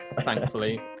thankfully